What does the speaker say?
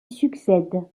succède